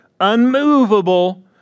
unmovable